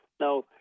Now